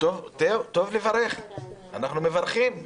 ואנחנו מברכים על זה,